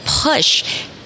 push